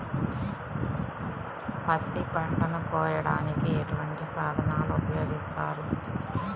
పత్తి పంటను కోయటానికి ఎటువంటి సాధనలు ఉపయోగిస్తారు?